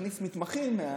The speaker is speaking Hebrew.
שתכניס מתמחים.